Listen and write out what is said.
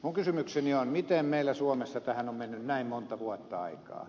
minun kysymykseni on miten meillä suomessa tähän on mennyt näin monta vuotta aikaa